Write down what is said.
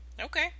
Okay